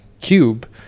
cube